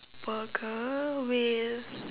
burger with